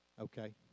Okay